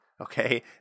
okay